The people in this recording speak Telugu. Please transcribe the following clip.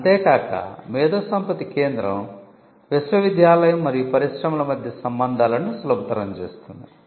అంతే కాక మేధోసంపత్తి కేంద్రం విశ్వవిద్యాలయం మరియు పరిశ్రమల మధ్య సంబంధాలను సులభతరo చేస్తుంది